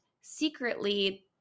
secretly